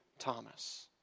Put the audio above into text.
Thomas